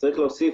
יש להוסיף